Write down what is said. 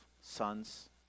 sons